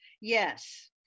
Yes